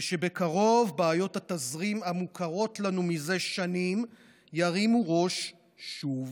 ושבקרוב בעיות התזרים המוכרות לנו זה שנים ירימו ראש שוב.